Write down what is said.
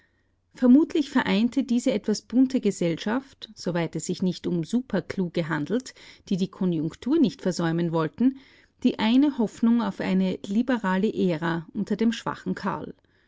vermutlich vereinte diese etwas bunte gesellschaft so weit es sich nicht um superkluge handelt die die konjunktur nicht versäumen wollten die eine hoffnung auf eine liberale ära unter dem schwachen karl